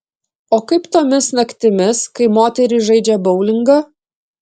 o kaip tomis naktimis kai moterys žaidžia boulingą